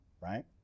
right